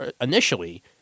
initially